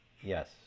Yes